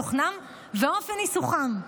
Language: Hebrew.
תוכנם ואופן ניסוחם.